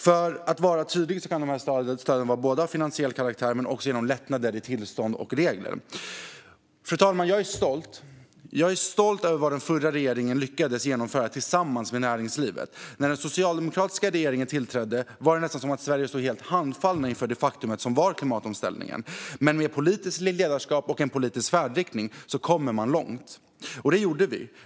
För att vara tydlig: Dessa stöd kan vara av finansiell karaktär eller bestå i lättnader i tillstånd och regler. Fru talman! Jag är stolt över vad den förra regeringen lyckades genomföra tillsammans med näringslivet. När den socialdemokratiska regeringen tillträdde var det nästan som att vi i Sverige stod helt handfallna inför det faktum som klimatomställningen var. Men med ett politiskt ledarskap och en politisk färdriktning kommer man långt, och det gjorde vi.